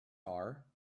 are